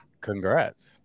Congrats